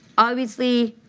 obviously,